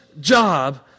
job